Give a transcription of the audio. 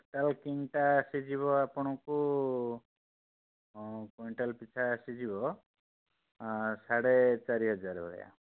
coastal କିଙ୍ଗଟା ଆସିଯିବ ଆପଣଙ୍କୁ କୁଇଣ୍ଟାଲ ପିଛା ଆସିଯିବ ସାଢ଼େ ଚାରି ହଜାର ଭଳିଆ